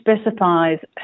specifies